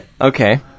okay